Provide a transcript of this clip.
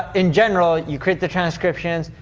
in general, you create the transcriptions,